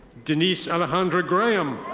denise alejandra graham.